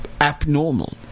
abnormal